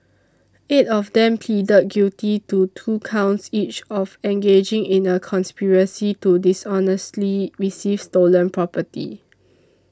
eight of them pleaded guilty to two counts each of engaging in a conspiracy to dishonestly receive stolen property